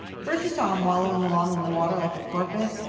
first you saw him wallowing along in the water like a porpoise,